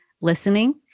listening